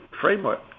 framework